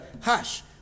hush